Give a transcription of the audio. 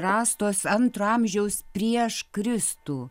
rastos antro amžiaus prieš kristų